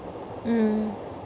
mm